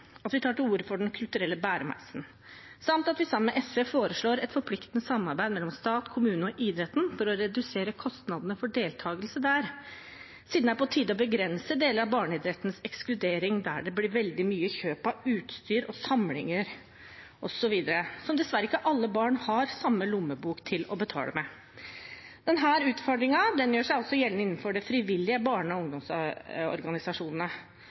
at vi tar til orde for Den kulturelle bæremeisen. Sammen med SV foreslår vi et forpliktende samarbeid mellom stat, kommune og idretten for å redusere kostnadene for deltagelse der, siden det er på tide å begrense deler av barneidrettens ekskludering der det blir veldig mye kjøp av utstyr og samlinger osv., og der dessverre ikke alle barn har samme lommebok å betale med. Denne utfordringen gjør seg også gjeldende innenfor de frivillige barne- og